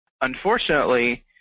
Unfortunately